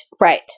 Right